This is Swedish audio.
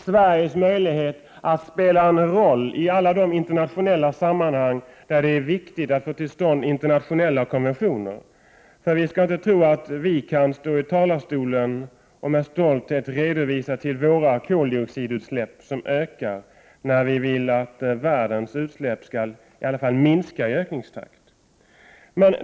Sveriges möjligheter att spela en roll i alla de internationella sammanhang där det är viktigt att få till stånd internationella konventioner kommer också att påverkas. Vi skall inte tro att vi kan stå i talarstolen och stolt hänvisa till våra koldioxidutsläpp — som bara ökar. Vi vill ju att ökningstakten beträffande världens utsläpp skall minska.